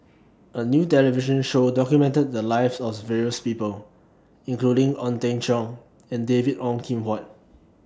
A New television Show documented The Lives oath various People including Ong Teng Cheong and David Ong Kim Huat